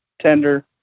tender